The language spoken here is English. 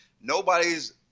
nobody's